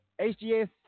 HGS